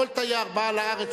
כל תייר בא לארץ,